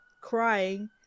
crying